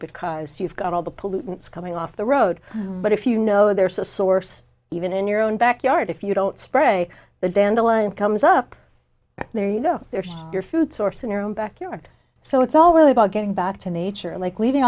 because you've got all the pollutants coming off the road but if you know there's a source even in your own backyard if you don't spray the dandelion comes up there you go there's your food source in your own backyard so it's all about getting back to nature like leaving